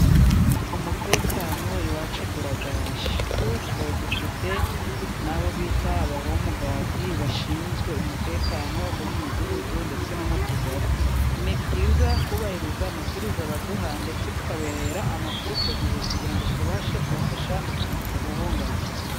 Umutekano iwacu uraganje kuko dufite nabo bita abahomugadi bashizwe umutekano mumudugudu nomutugari . Nibyiza kubahiriza amabwiriza baduha ndetse tukabahera amakuru kugihe, kugirango tubashe kubafasha kuwubungabunga.